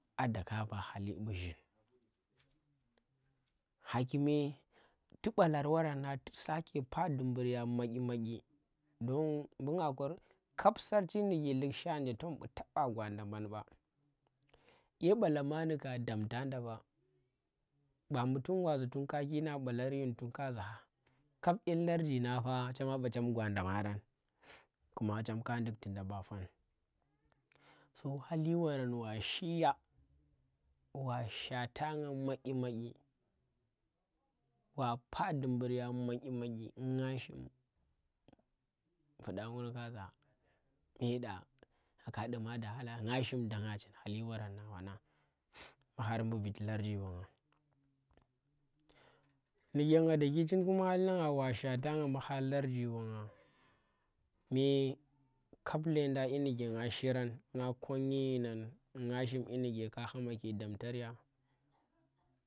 A dakya ba hali bu̱ zhin. Hakime tu̱ balarwara nagn tu sake pa dumbur ya maghi maghi don mbu nga kor kab sarchi nike ligsha nje tom ɓu taɓa gwanda mbangba, ye balama ndi ka damta nda ɓa, ba mbu tung waza tung kakina balar yin tun kaza kab in larji nang fa chema ɓa chem gwan nda harang kuma chem ka ndig tunda bafan. So hali warang wa shiya wa shwatanga maghi maghi, wa pah dumbur ya maghi maghi ngashim fuɗa ngur kaza yiɗa kaɗuma da halang ngah shim dagna chin hali waranang har bu̱ vhiti larji wanga. Nike ngah daki chin kuma halinangan wa shwatanga bu har larji wanga kume kap lendan ƙyi nuke ngah shiran nga konum yinan nga shum ƙinuge ka hama damtar ya ɓa.